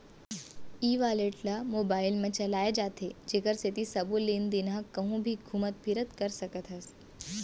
ई wallet ल mobile म चलाए जाथे जेकर सेती सबो लेन देन ल कहूँ भी घुमत फिरत कर सकत हस